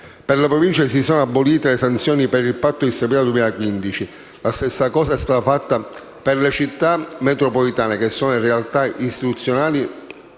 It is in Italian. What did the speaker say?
Per le Province si sono abolite le sanzioni per il Patto di stabilità 2015. La stessa cosa è stata fatta per le Città metropolitane, che sono realtà istituzionali